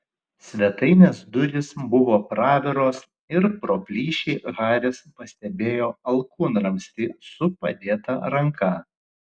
svetainės durys buvo praviros ir pro plyšį haris pastebėjo alkūnramstį su padėta ranka